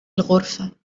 الغرفة